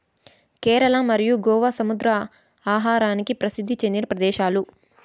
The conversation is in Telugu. కేరళ మరియు గోవా సముద్ర ఆహారానికి ప్రసిద్ది చెందిన ప్రదేశాలు